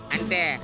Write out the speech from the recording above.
Ante